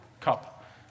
cup